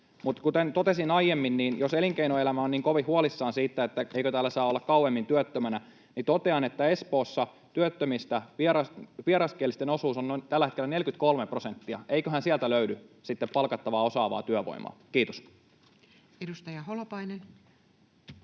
kuten totesin aiemmin, niin jos elinkeinoelämä on niin kovin huolissaan siitä, että täällä ei saa olla kauemmin työttömänä, niin totean, että Espoossa työttömistä vieraskielisten osuus on tällä hetkellä noin 43 prosenttia. Eiköhän sieltä löydy sitten palkattavaa osaavaa työvoimaa. — Kiitos. Edustaja Holopainen.